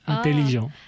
Intelligent